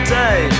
day